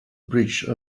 bridge